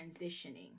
transitioning